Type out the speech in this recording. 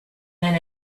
men